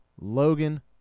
Logan